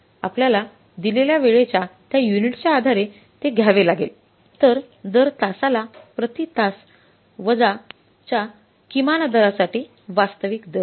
आपल्याला दिलेल्या वेळेच्या त्या युनिटच्या आधारे ते घ्यावे लागेल तर दर तासाला प्रति तास वजाच्या किमान दरासाठी वास्तविक दर